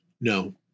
no